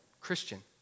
Christian